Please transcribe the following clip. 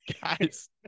Guys